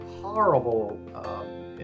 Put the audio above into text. horrible